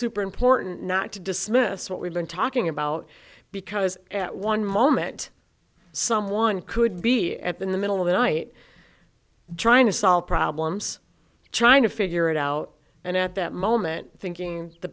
super important not to dismiss what we've been talking about because at one moment someone could be at the in the middle of the night trying to solve problems trying to figure it out and at that moment thinking the